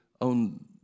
on